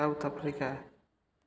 South Africa